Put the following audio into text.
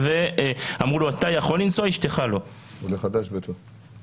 עולה חדש, בטח.